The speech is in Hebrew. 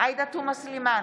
עאידה תומא סלימאן,